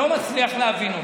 אני לא מצליח להבין אותו.